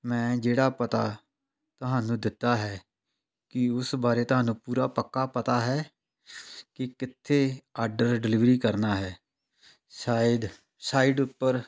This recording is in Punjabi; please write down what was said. ਮੈਂ ਜਿਹੜਾ ਪਤਾ ਤੁਹਾਨੂੰ ਦਿੱਤਾ ਹੈ ਕੀ ਉਸ ਬਾਰੇ ਤੁਹਾਨੂੰ ਪੂਰਾ ਪੱਕਾ ਪਤਾ ਹੈ ਕਿ ਕਿੱਥੇ ਆਡਰ ਡਿਲੀਵਰੀ ਕਰਨਾ ਹੈ ਸ਼ਾਇਦ ਸਾਈਡ ਉੱਪਰ